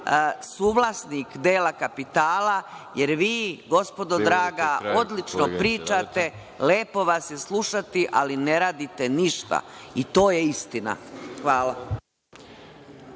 suvlasnik dela kapitala. Vi gospodo draga odlično pričate, lepo vas je slušati, ali ne radite ništa. To je istina. Hvala.